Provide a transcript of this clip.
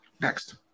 Next